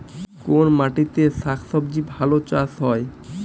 কোন মাটিতে শাকসবজী ভালো চাষ হয়?